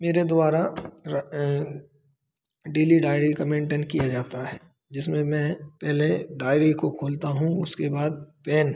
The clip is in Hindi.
मेरे द्वारा डेली डायरी का मेन्टेन किया जाता है जिसमें मैं पहले डायरी को खोलता हूँ उसके बाद पेन